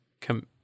come